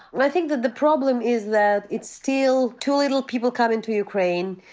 i think that the problem is that it's still too little people come into ukraine,